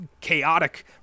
chaotic